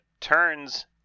turns